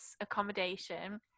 accommodation